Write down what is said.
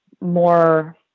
more